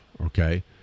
Okay